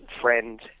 friend